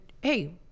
hey